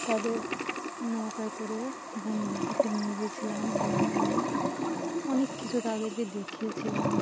তাদের নৌকায় করে বন দেখাতে নিয়ে গিয়েছিলাম বনে অনেক অনেক কিছু তাদেরকে দেখিয়েছিলাম